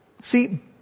See